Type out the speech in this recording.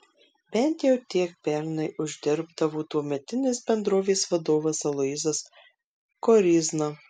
bent jau tiek pernai uždirbdavo tuometinis bendrovės vadovas aloyzas koryzna